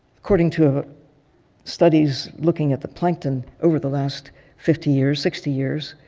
according to ah studies looking at the plankton over the last fifty years, sixty years,